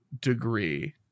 degree